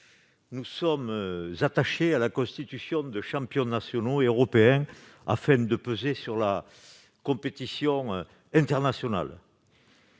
nous sommes attachés à la constitution de champions nationaux et européens afin de peser sur la compétition internationale.